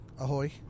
Ahoy